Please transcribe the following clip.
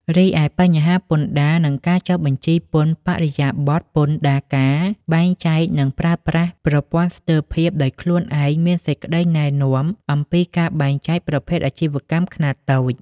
រីឯបញ្ហាពន្ធដារ និងការចុះបញ្ជីពន្ធបរិយាបថពន្ធដារការបែងចែកនិងការប្រើប្រាស់ប្រព័ន្ធស្ទើរភាពដោយខ្លួនឯងមានសេចក្ដីណែនាំអំពីការបែងចែកប្រភេទអាជីវកម្មខ្នាតតូច។